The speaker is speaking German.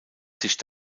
sich